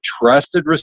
trusted